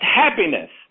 happiness